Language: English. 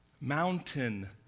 Mountain